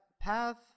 path